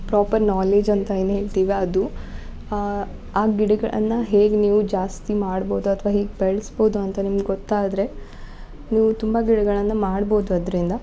proper knowledge ಅಂತ ಏನು ಹೇಳ್ತೀವಿ ಅದು ಆ ಗಿಡಗಳನ್ನು ಹೇಗೆ ನೀವು ಜಾಸ್ತಿ ಮಾಡ್ಬೋದು ಅಥ್ವಾ ಹೇಗೆ ಬೆಳೆಸ್ಬೋದು ಅಂತ ನಿಮ್ಗೆ ಗೊತ್ತಾದರೆ ನೀವು ತುಂಬ ಗಿಡಗಳನ್ನು ಮಾಡ್ಬೋದು ಅದರಿಂದ